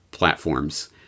platforms